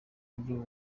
buryo